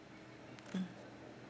mm